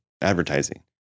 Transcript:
advertising